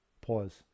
Pause